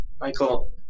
Michael